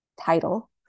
title